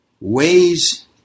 Ways